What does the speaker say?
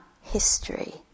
history